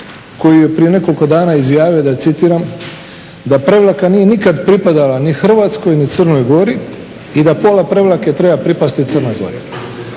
koji je prije nekoliko dana izjavio da, citiram da "Prevlaka nije nikada pripadala ni Hrvatskoj ni Crnoj Gori i da pola Prevlake treba pripasti Crnoj godi.".